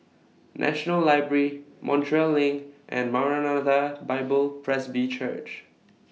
National Library Montreal LINK and Maranatha Bible Presby Church